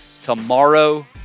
tomorrow